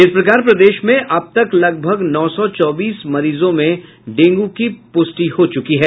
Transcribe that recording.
इस प्रकार प्रदेश में अब तक लगभग नौ सौ चौबीस मरीजों में डेंग् की पुष्टि हो चुकी है